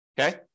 okay